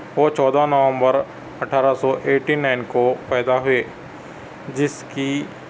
وہ چودہ نومبر اٹھارہ سو ایٹی نائن کو پیدا ہوئے جس کی